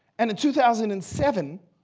and in two thousand and seven,